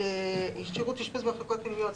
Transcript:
לשרות אשפוז במחלקות פנימיות,